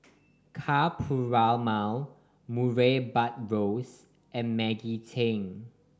Ka Perumal Murray Buttrose and Maggie Teng